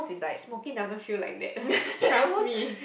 smoking doesn't feel like that trust me